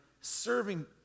serving